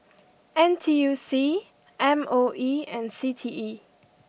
N T U C M O E and C T E